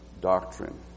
doctrine